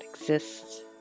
exists